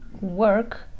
work